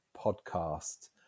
podcast